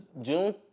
June